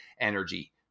energy